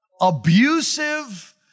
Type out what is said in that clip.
abusive